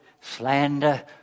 slander